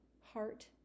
heart